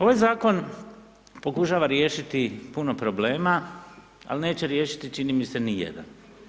Ovaj zakon pokušava riješiti puno problema ali neće riješiti čini mi se ni jedan.